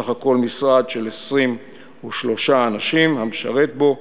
בסך הכול משרד של 23 אנשים המשרתים בו,